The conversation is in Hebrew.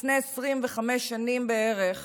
שלפני 25 שנים בערך